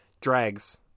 drags